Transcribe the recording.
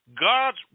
God's